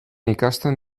ikasten